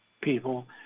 people